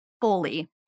fully